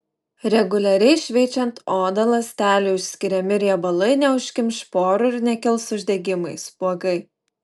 reguliariai šveičiant odą ląstelių išskiriami riebalai neužkimš porų ir nekils uždegimai spuogai